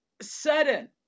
sudden